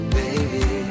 baby